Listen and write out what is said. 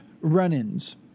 run-ins